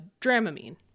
Dramamine